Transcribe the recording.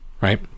Right